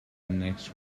next